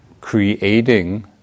creating